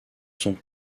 sont